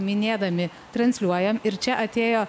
minėdami transliuojam ir čia atėjo